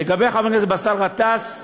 לגבי חבר הכנסת באסל גטאס,